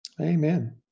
Amen